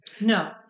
No